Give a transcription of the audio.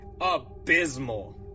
abysmal